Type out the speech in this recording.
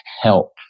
help